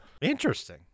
Interesting